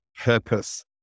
purpose